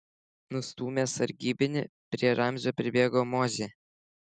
nustūmęs sargybinį prie ramzio pribėgo mozė